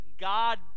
God